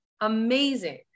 amazing